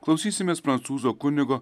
klausysimės prancūzo kunigo